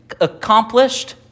accomplished